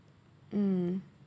mm